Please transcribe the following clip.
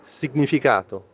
significato